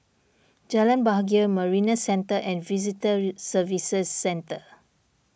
Jalan Bahagia Marina Centre and Visitor Services Centre